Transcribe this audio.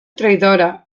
traïdora